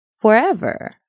forever